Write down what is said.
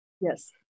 yes